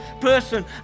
person